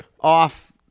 off